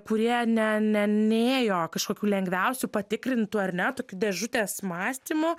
kurie ne ne nėjo kažkokiu lengviausiu patikrintu ar ne tokiu dėžutės mąstymu